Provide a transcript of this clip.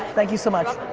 thank you so much.